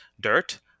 dirt